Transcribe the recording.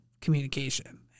communication